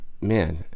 man